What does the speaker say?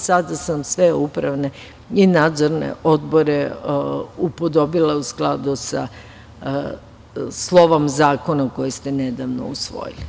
Sada sam sve upravne i nadzorne odbore upodobila u skladu sa slovom zakona koji ste nedavno usvojili.